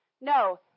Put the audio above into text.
No